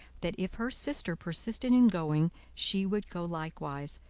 that if her sister persisted in going, she would go likewise,